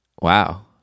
wow